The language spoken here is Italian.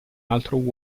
altro